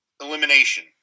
elimination